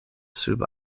sub